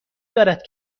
دارد